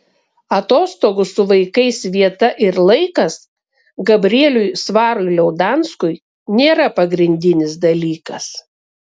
atostogų su vaikais vieta ir laikas gabrieliui svarui liaudanskui nėra pagrindinis dalykas